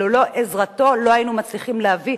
שללא עזרתו לא היינו מצליחים להביא,